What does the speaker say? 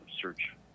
search